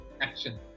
action